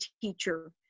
teacher